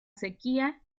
sequía